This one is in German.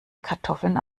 kartoffeln